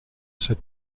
cette